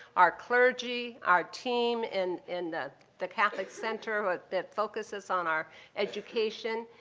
our clergy. our team in in the the catholic center but that focuses on our education.